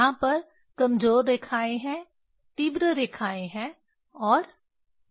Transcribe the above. यहां पर कमजोर रेखाएं हैं तीव्र रेखाएं हैं और मध्यम रेखाएं हैं